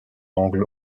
angle